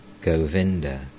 Govinda